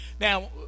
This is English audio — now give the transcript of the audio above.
Now